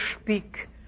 speak